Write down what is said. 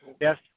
Yes